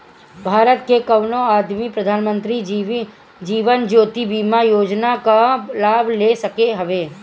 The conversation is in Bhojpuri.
भारत के कवनो आदमी प्रधानमंत्री जीवन ज्योति बीमा योजना कअ लाभ ले सकत हवे